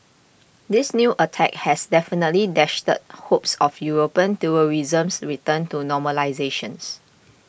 this new attack has definitely dashed hopes of European tourism's return to normalisations